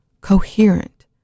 coherent